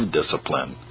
discipline